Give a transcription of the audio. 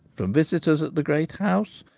from visitors at the great house,